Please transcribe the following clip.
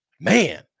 Man